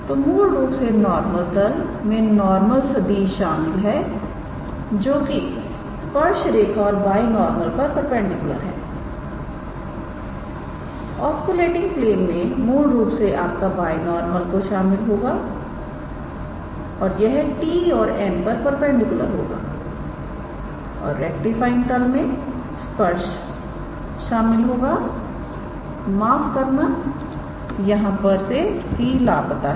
तोमूल रूप से नॉर्मल तल मे नॉर्मल सदिश शामिल है जो की स्पर्श रेखा और बायनॉर्मल पर परपेंडिकुलर हैऑस्कुलेटिंग प्लेन मे मूल रूप से आपका बाय नॉर्मल को शामिल होगा और यह 𝑡̂ और 𝑛̂ पर परपेंडिकुलर होगा और रेक्टिफाइंग तल मे स्पर्श शामिल होगा माफ करना यहां पर c लापता है